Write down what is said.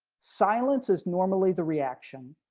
silence is normally the reaction,